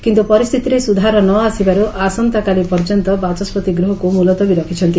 କିନ୍ତୁ ପରିସ୍ଥିତିରେ ସୁଧାର ନ ଆସିବାରୁ ଆସନ୍ତାକାଲି ପର୍ଯ୍ୟନ୍ତ ବାଚସ୍କତି ଗୃହକୁ ମୁଲତବୀ ରଖିଛନ୍ତି